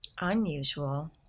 Unusual